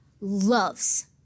loves